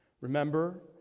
Remember